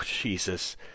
Jesus